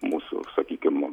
mūsų sakykim